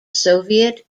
soviet